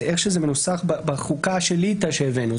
איך שזה מנוסח בחוקה של ליטא שהבאנו.